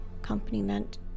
Accompaniment